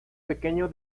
pequeño